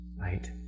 Right